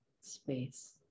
space